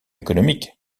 économique